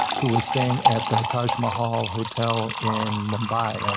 who was staying at the taj mahal hotel in mumbai. um